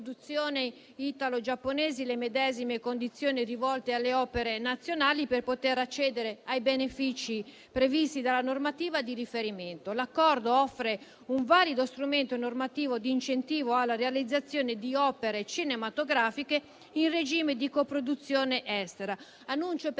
italo-giapponesi le medesime condizioni rivolte alle opere nazionali per poter accedere ai benefici previsti dalla normativa di riferimento. L'Accordo offre un valido strumento normativo di incentivo alla realizzazione di opere cinematografiche in regime di coproduzione estera. Annuncio